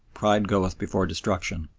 pride goeth before destruction,